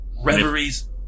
Reveries